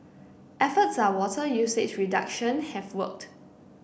efforts are water usage reduction have worked